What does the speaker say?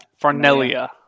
Farnelia